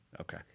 Okay